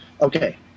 okay